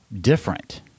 different